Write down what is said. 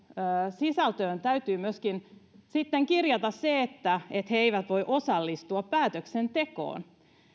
sisältöön täytyy sitten kirjata myöskin se että että lobbarit eivät voi osallistua päätöksentekoon